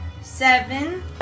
Seven